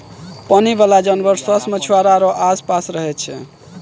पानी बाला जानवर सोस मछुआरा रो आस पास रहै छै